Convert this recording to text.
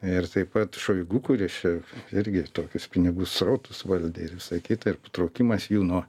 ir taip pat šoigu kuris čia irgi tokius pinigų srautus valdė ir visa kita ir traukimas jų nuo